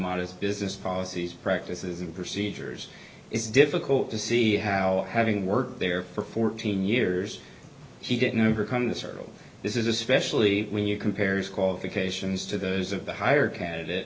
modest business policies practices and procedures it's difficult to see how having worked there for fourteen years he didn't overcome this or this is especially when you compare scald vacations to those of the higher candidate